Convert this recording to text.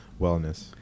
wellness